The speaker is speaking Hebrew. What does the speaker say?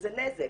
שזה נזק.